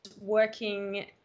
working